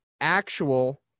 actual